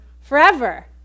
forever